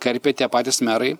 karpė tie patys merai